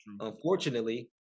unfortunately